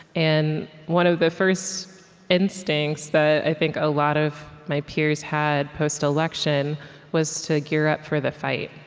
and one of the first instincts that i think a lot of my peers had post-election was to gear up for the fight.